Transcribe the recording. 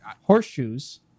Horseshoes